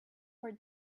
for